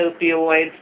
opioids